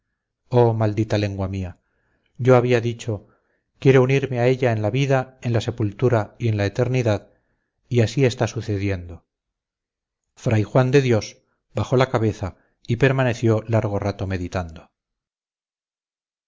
maldita lengua mía yo había dicho quiero unirme a ella en la vida en la sepultura y en la eternidad y así está sucediendo fray juan de dios bajó la cabeza y permaneció largo rato meditando